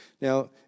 Now